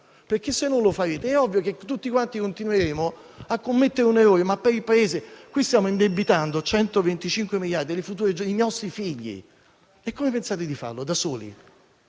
perché se non lo farete è ovvio che tutti quanti continueremo a commettere un errore per il Paese. Qui stiamo indebitando per 120 miliardi le future generazioni, i nostri figli, e come pensate di farlo da soli,